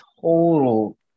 total